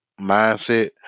mindset